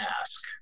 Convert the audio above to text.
ask